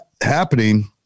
happening